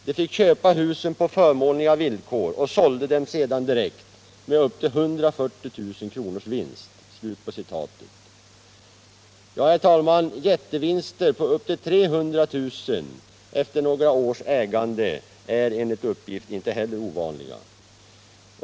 De fick köpa husen på förmånliga villkor och sålde dem sedan direkt — med upp till 140 000 kronors vinst.” Ja, herr talman, jättevinster på upp till 300 000 kr. efter några års ägande är inte heller ovanliga!